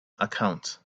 account